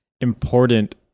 important